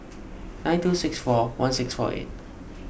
nine two six four one six four eight